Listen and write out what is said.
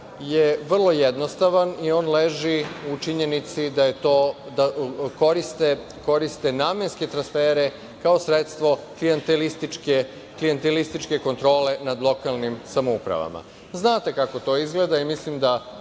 je vrlo jednostavan i on leži u činjenici da koriste namenske transfere kao sredstvo klijentelističke kontrole nad lokalnim samoupravama. Znate kako to izgleda i mislim da